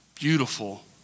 Beautiful